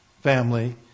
family